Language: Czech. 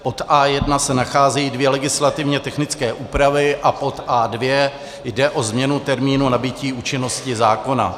Pod A1 se nacházejí dvě legislativně technické úpravy a pod A2 jde o změnu termínu nabytí účinnosti zákona.